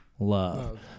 love